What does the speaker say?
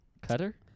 Cutter